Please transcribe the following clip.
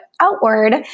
outward